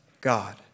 God